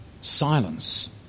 silence